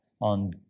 on